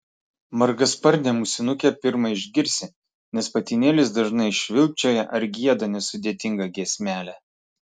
margasparnę musinukę pirma išgirsi nes patinėlis dažnai švilpčioja ar gieda nesudėtingą giesmelę